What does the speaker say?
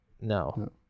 No